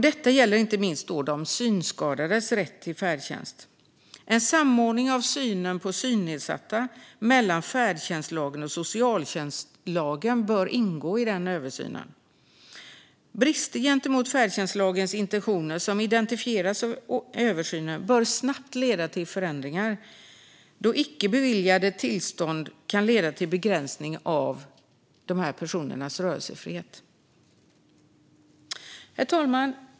Detta gäller inte minst synskadades rätt till färdtjänst. En samordning av färdtjänstlagens och socialtjänstlagens syn på synnedsatta bör ingå i denna översyn. Brister i förhållande till färdtjänstlagens intentioner som identifieras av översynen bör snabbt leda till förändringar då icke beviljade tillstånd kan leda till en begränsning av dessa personers rörelsefrihet.